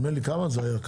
כמה זה היה?